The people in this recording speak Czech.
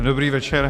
Dobrý večer.